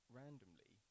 randomly